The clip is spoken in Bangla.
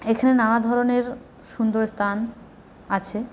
এইখানে নানা ধরণের সুন্দর স্থান আছে